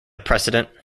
precedent